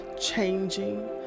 changing